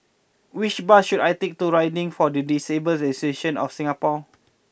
which bus should I take to riding for the Disabled Association of Singapore